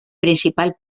principal